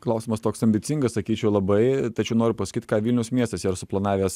klausimas toks ambicingas sakyčiau labai tačiau noriu pasakyt ką vilniaus miestas yra suplanavęs